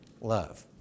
love